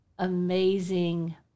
amazing